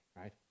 right